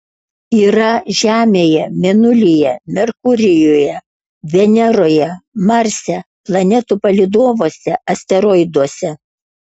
yra žemėje mėnulyje merkurijuje veneroje marse planetų palydovuose asteroiduose